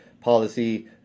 policy –